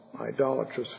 idolatrous